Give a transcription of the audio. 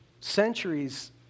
centuries